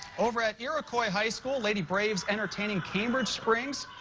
over at iroquois high school. lady braves entertaining cambridge springs.